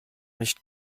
nicht